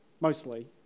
mostly